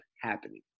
happening